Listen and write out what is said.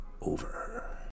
over